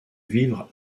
vivre